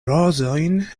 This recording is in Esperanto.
rozojn